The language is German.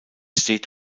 steht